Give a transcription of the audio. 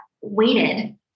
waited